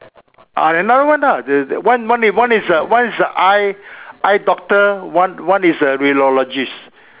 ah another one lah the the one is one is one is the eye eye doctor one one is a radiologist